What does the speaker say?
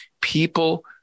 People